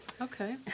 Okay